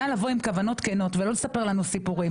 נא לבוא עם כוונות כנות ולא לספר לנו סיפורים,